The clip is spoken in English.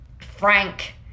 frank